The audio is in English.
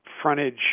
frontage